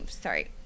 sorry